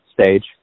stage